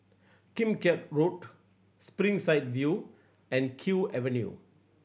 Kim Keat Road Springside View and Kew Avenue